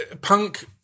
punk